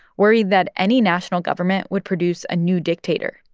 worried that any national government would produce a new dictator,